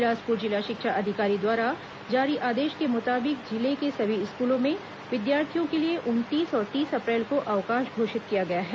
बिलासपुर जिला शिक्षा अधिकारी द्वारा जारी आदेश के मुताबिक जिले के सभी स्कूलों में विद्यार्थियों के लिए उनतीस और तीस अप्रैल को अवकाश घोषित किया गया है